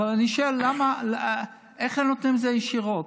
אבל אני שואל איך הם נותנים זה ישירות.